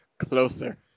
Closer